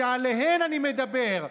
שעליהן אני מדבר,